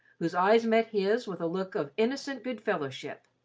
whose eyes met his with a look of innocent good-fellowship.